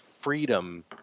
freedom